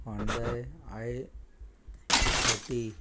Hyundai I thirty